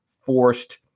forced